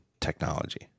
technology